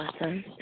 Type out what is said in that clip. Awesome